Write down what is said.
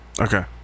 Okay